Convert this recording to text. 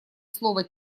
слово